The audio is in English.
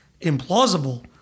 implausible